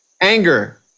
anger